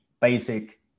basic